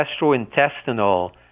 gastrointestinal